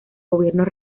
gobiernos